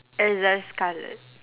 erza scarlet